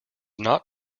not